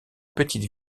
petite